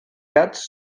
gats